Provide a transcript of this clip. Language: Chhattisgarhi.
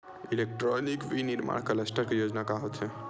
इलेक्ट्रॉनिक विनीर्माण क्लस्टर योजना का होथे?